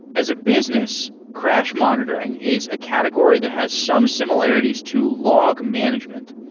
as a business, crash monitoring is a category that has some similarities to log management,